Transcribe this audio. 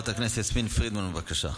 חברת הכנסת יסמין פרידמן, בבקשה.